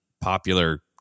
popular